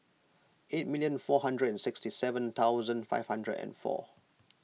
eight million four hundred and sixty seven thousand five hundred and four